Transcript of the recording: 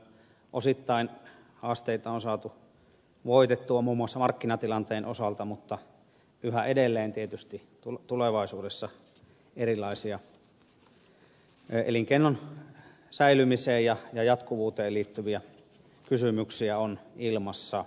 osittain haasteita on saatu voitettua muun muassa markkinatilanteen osalta mutta yhä edelleen tietysti tulevaisuudessa erilaisia elinkeinon säilymiseen ja jatkuvuuteen liittyviä kysymyksiä on ilmassa